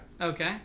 Okay